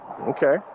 Okay